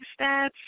stats